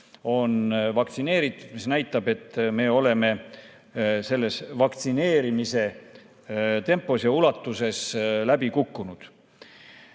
on vaktsineeritud, mis näitab, et me oleme vaktsineerimise tempos ja ulatuses läbi kukkunud.